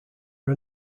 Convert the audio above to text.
are